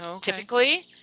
typically